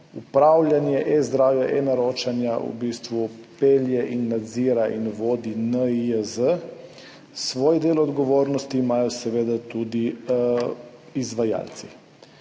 Upravljanje eZdravja, eNaročanja v bistvu pelje in nadzira in vodi NIJZ. Svoj del odgovornosti imajo seveda tudi izvajalci.